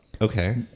Okay